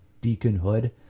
deaconhood